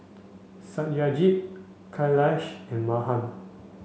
Satyajit Kailash and Mahan